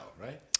right